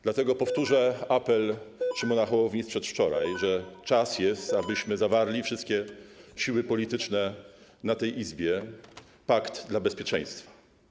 Dlatego powtórzę apel Szymona Hołowni z przedwczoraj: czas, abyśmy zawarli, wszystkie siły polityczne w tej Izbie, pakt dla bezpieczeństwa.